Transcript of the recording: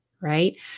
right